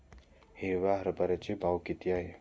हिरव्या हरभऱ्याचा भाव किती आहे?